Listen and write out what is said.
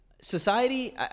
society